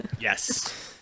Yes